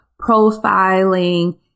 profiling